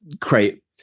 create